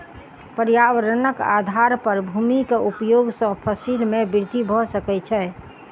पर्यावरणक आधार पर भूमि के उपयोग सॅ फसिल में वृद्धि भ सकै छै